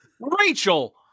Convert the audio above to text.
Rachel